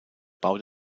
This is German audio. bau